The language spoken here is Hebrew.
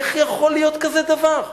איך יכול להיות כזה דבר?